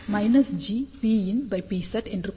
Psat என்று கூறலாம்